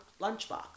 lunchbox